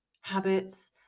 habits